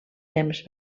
temps